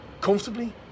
Comfortably